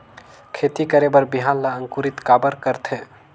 खेती करे बर बिहान ला अंकुरित काबर करथे?